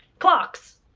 clocks.